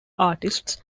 artists